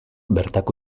bertako